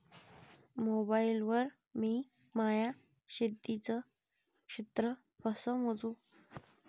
Mobile वर मी माया शेतीचं क्षेत्र कस मोजू?